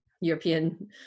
European